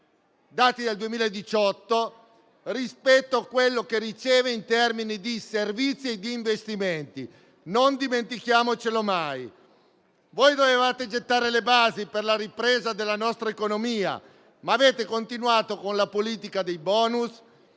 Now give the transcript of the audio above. (dati del 2018) rispetto a quello che riceve in termini di servizi e di investimenti: non dimentichiamolo mai. Voi dovevate gettare le basi per la ripresa della nostra economia, ma avete continuato con la politica dei *bonus*,